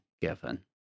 given